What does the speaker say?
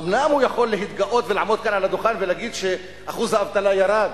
אומנם הוא יכול להתגאות ולעמוד כאן על הדוכן ולהגיד שאחוז האבטלה ירד,